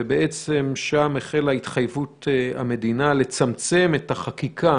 ובעצם, שם החלה התחייבות המדינה לצמצם את החקיקה